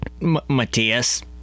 Matthias